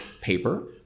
paper